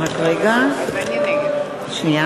אני הצבעתי.